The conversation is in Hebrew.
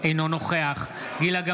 אינו נוכח גילה גמליאל,